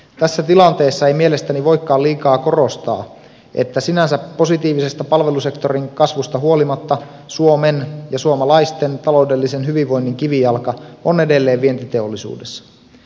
tässä tilanteessa ei mielestäni voikaan liikaa korostaa että sinänsä positiivisesta palvelusektorin kasvusta huolimatta suomen ja suomalaisten taloudellisen hyvinvoinnin kivijalka on edelleen vientiteollisuudessa